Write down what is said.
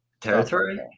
territory